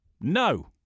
No